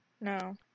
No